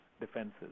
defenses